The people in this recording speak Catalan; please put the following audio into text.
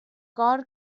cor